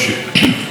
חבריי חברי הכנסת,